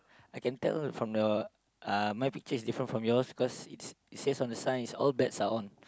I can tell from your uh my picture is different from yours cause it it says on the sign all bets are on